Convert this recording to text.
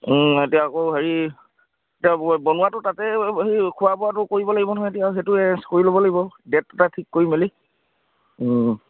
এতিয়া আকৌ হেৰি এতিয়া বনোৱাটো তাতে হেৰি খোৱা বোৱাটো কৰিব লাগিব নহয় এতিয়া সেইটো এৰেঞ্জ কৰি ল'ব লাগিব ডে'ট এটা ঠিক কৰি মেলি